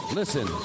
listen